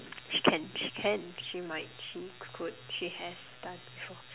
she can she can she might she could she has done so